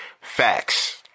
Facts